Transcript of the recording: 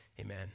amen